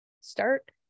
start